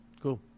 Cool